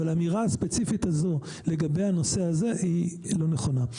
אבל האמירה הספציפית הזו לגבי הנושא הזה היא לא נכונה.